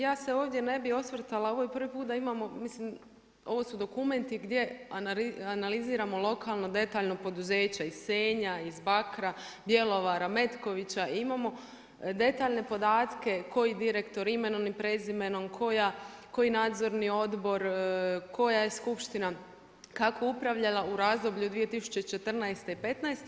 Ja se ovdje ne bih osvrtala, ovo je prvi put da imamo, mislim ovo su dokumenti gdje analiziramo lokalno detaljno poduzeća iz Senja, iz Bakra, Bjelovara, Metkovića i imamo detaljne podatke koji direktor imenom i prezimenom, koji nadzorni odbor, koja je skupština kako upravljala u razdoblju 2014. i petnaeste.